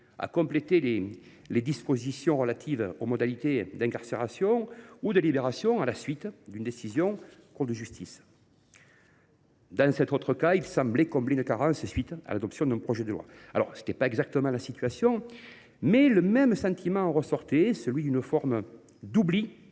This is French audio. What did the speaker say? à compléter les dispositions relatives aux modalités d’incarcération ou de libération à la suite d’une décision de cour d’assises. Dans cet autre cas, il fallait combler une carence après l’adoption d’un projet de loi. Ce n’était pas exactement la même situation, mais le même sentiment en ressortait : celui d’une forme d’oubli,